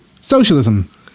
Socialism